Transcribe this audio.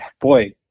boy